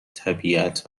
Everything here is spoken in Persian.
طبیعت